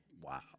Wow